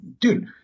dude